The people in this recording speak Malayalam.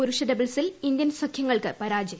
പുരുഷ ഡബിൾസിൽ ഇന്ത്യൻ സഖ്യങ്ങൾക്ക് പരാജയം